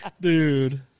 dude